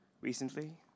recently